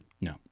No